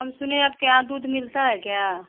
हम सुने हैं आपके यहाँ दूध मिलता है क्या